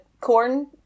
corn